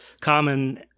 common